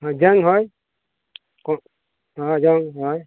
ᱦᱮᱸ ᱡᱟᱝ ᱦᱳᱭ ᱦᱮᱸ ᱦᱮᱸ ᱡᱟᱝ ᱦᱳᱭ